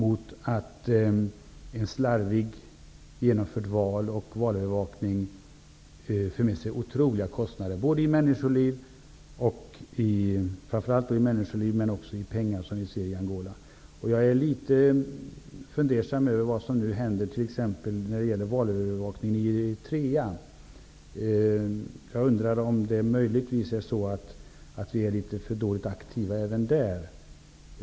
Ett slarvigt genomfört val och en slarvigt genomförd valövervakning för med sig otroliga kostnader framför allt i människoliv men också i pengar. Det ser vi i Angola. Jag är litet fundersam över vad som nu händer t.ex. när det gäller valövervakningen i Eritrea. Jag undrar om vi möjligtvis är litet för dåligt aktiva även där.